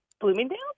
Bloomingdale